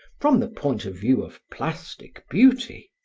from the point of view of plastic beauty?